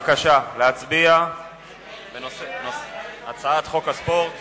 נא להצביע על הצעת חוק הספורט